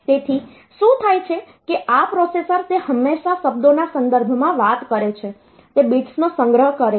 તેથી શું થાય છે કે આ પ્રોસેસર તે હંમેશા શબ્દોના સંદર્ભમાં વાત કરે છે તે બિટ્સનો સંગ્રહ છે